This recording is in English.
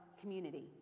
community